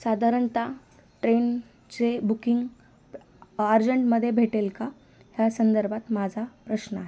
साधारणताः ट्रेनचे बुकिंग अर्जंटमध्ये भेटेल का ह्या संदर्भात माझा प्रश्न आहे